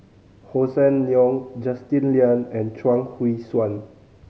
Hossan Leong Justin Lean and Chuang Hui Tsuan